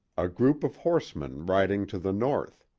a group of horsemen riding to the north.